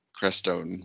Crestone